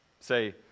Say